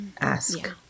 ask